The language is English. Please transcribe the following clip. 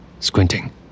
Squinting